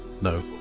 no